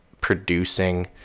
producing